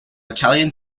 italian